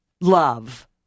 love